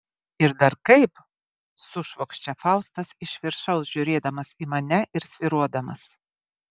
ir dar kaip sušvokščia faustas iš viršaus žiūrėdamas į mane ir svyruodamas